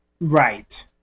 Right